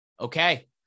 Okay